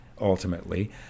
ultimately